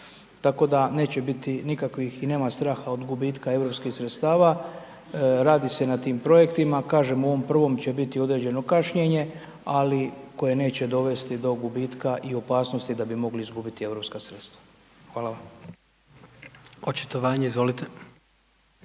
tako da neće biti nikakvih i nema straha od gubitka europskih sredstava, radi se na tim projektima, kažem, u ovom prvom će biti određeno kašnjenje, ali koje neće dovesti do gubitka i opasnosti da bi mogli izgubiti europska sredstva. Hvala. **Jandroković,